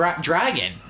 dragon